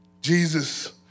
Jesus